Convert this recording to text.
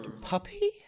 puppy